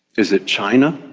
is it china?